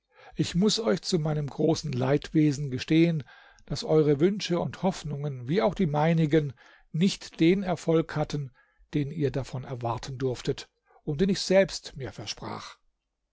ich muß euch zu meinem großen leidwesen gestehen daß eure wünsche und hoffnungen wie auch die meinigen nicht den erfolg hatten den ihr davon erwarten durftet und den ich selbst mir versprach